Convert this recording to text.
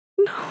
No